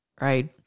right